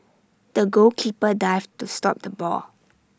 the goalkeeper dived to stop the ball